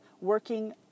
working